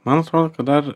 man atrodo kad dar